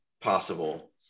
possible